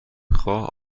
خواه